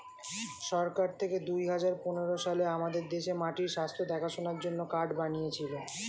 সরকার থেকে দুহাজার পনেরো সালে আমাদের দেশে মাটির স্বাস্থ্য দেখাশোনার জন্যে কার্ড বানিয়েছিলো